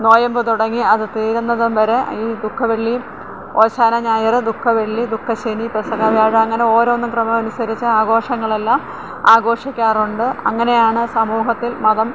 നോയമ്പ് തുടങ്ങി അത് തീരുന്നതും വരെ ഈ ദുഃഖവെള്ളിയും ഓശാന ഞായർ ദുഃഖവെള്ളി ദുഃഖശനി പെസഹാവ്യാഴം അങ്ങനെ ഓരോന്നും ക്രമമനുസരിച്ച് ആഘോഷങ്ങളെല്ലാം ആഘോഷിക്കാറുണ്ട് അങ്ങനെയാണ് സമൂഹത്തില് മതം